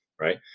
right